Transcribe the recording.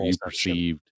Perceived